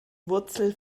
wurzel